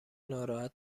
ناراحت